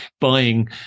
buying